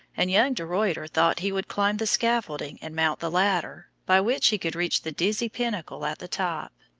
and young de ruyter thought he would climb the scaffolding and mount the ladder, by which he could reach the dizzy pinnacle at the top.